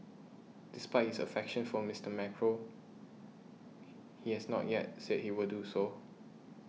despite his affection for Mister Macron he he has not yet said he will do so